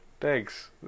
Thanks